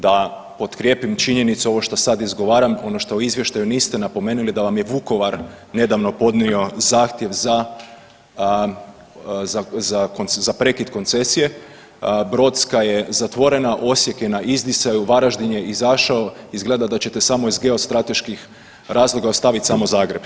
Da potkrijepim činjenicu ovo što sad izgovaram ono što u izvještaju niste napomenuli da vam je Vukovar nedavno podnio zahtjev za prekid koncesije, brodska je zatvorena, Osijek je na izdisaju, Varaždin je izašao, izgleda da ćete samo iz geostrateških razloga ostaviti samo Zagreb.